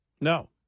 No